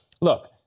Look